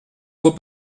vos